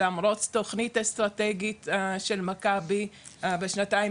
למרות תכנית אסטרטגית של 'מכבי' בשנתיים